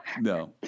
No